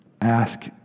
ask